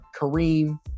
Kareem